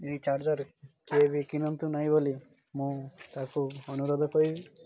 ଏହି ଚାର୍ଜର କିଏ ବି କିଣନ୍ତୁ ନାହିଁ ବୋଲି ମୁଁ ତା'କୁ ଅନୁରୋଧ କରିବି